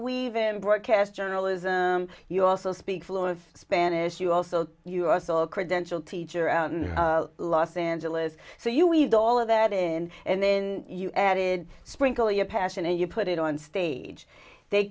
weave in broadcast journalism you also speak fluent spanish you also you are still a credential teacher out in los angeles so you we had all of that in and then you added sprinkle your passion and you put it on stage they